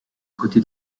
côté